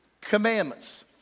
commandments